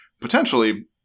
Potentially